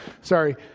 sorry